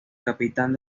capitán